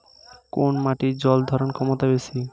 কোন মাটির জল ধারণ ক্ষমতা বেশি?